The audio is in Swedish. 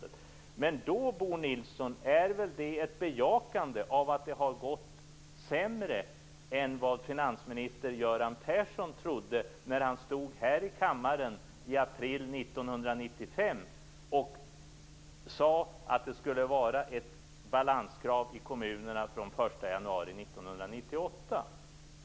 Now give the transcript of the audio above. Det är väl, Bo Nilsson, ett bejakande av att det har gått sämre än vad finansminister Göran Persson trodde när han stod här i kammaren i april 1995 och sade att det skulle vara ett balanskrav i kommunerna från den 1 januari 1998?